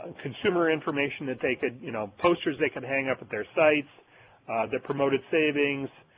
consumer information that they could, you know, posters they could hang up at their sites that promoted savings,